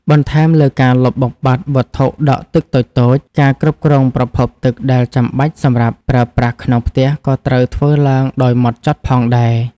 បន្ថែមលើការលុបបំបាត់វត្ថុដក់ទឹកតូចៗ ការគ្រប់គ្រងប្រភពទឹកដែលចាំបាច់សម្រាប់ប្រើប្រាស់ក្នុងផ្ទះក៏ត្រូវធ្វើឡើងដោយហ្មត់ចត់ផងដែរ។